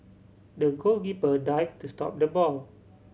the goalkeeper dived to stop the ball